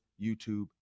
YouTube